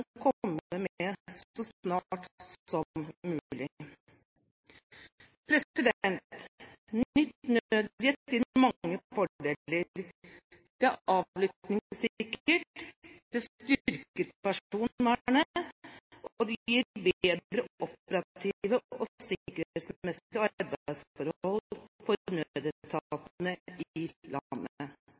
komme med så snart som mulig. Nytt nødnett gir mange fordeler. Det er avlyttingssikkert, det styrker personvernet, og det gir bedre operative og sikkerhetsmessige arbeidsforhold for nødetatene i